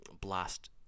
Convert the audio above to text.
blast